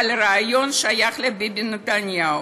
אבל הרעיון שייך לביבי נתניהו.